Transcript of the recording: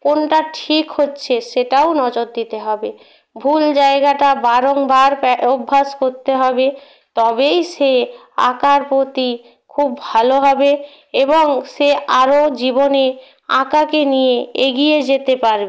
কোনটা ঠিক হচ্ছে সেটাও নজর দিতে হবে ভুল জায়গাটা বারংবার অভ্যাস করতে হবে তবেই সে আঁকার প্রতি খুব ভালোভাবে এবং সে আরও জীবনে আঁকাকে নিয়ে এগিয়ে যেতে পারে